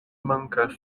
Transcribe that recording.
mankas